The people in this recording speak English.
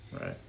Right